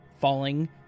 falling